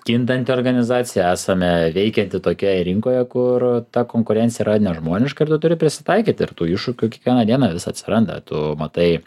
kintanti organizacija esame veikianti tokioje rinkoje kur ta konkurencija yra nežmoniška ir tu turi prisitaikyti ir tų iššūkių kiekvieną dieną vis atsiranda tu matai